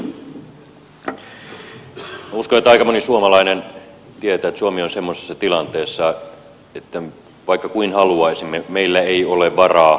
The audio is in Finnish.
uskon että aika moni suomalainen tietää että suomi on semmoisessa tilanteessa että vaikka kuinka haluaisimme meillä ei ole varaa kasvattaa tukia